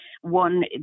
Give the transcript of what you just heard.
One